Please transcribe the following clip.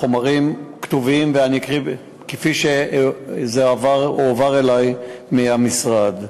החומרים כתובים ואני אקריא כפי שזה הועבר אלי מהמשרד: